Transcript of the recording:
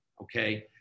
okay